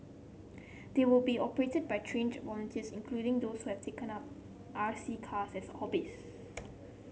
they will be operated by trained volunteers including those R C cars as hobbies